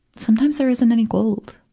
sometimes there isn't any gold.